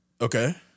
Okay